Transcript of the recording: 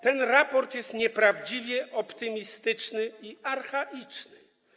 Ten raport jest nieprawdziwie optymistyczny i archaiczny.